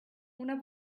una